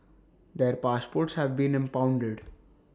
their passports have been impounded